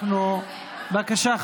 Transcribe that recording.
בבקשה,